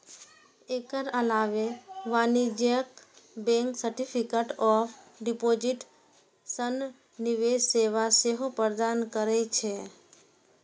एकर अलावे वाणिज्यिक bank certificate of deposit सन निवेश सेवा सेहो प्रदान करै छै